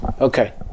Okay